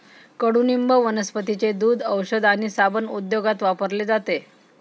कडुनिंब वनस्पतींचे दूध, औषध आणि साबण उद्योगात वापरले जाते